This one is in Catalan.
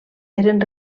eren